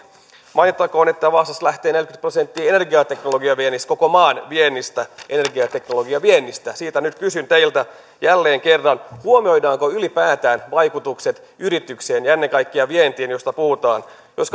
mainittakoon että vaasasta lähtee neljäkymmentä prosenttia energiateknologiaviennistä koko maan energiateknologiaviennistä siitä nyt kysyn teiltä jälleen kerran huomioidaanko ylipäätään vaikutukset yrityksiin ja ennen kaikkea vientiin josta puhutaan jos